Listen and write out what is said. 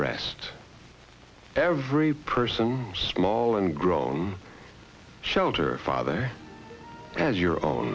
rest every person small and groan showed her father as your own